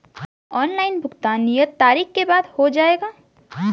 Online भुगतान नियत तारीख के बाद हो जाएगा?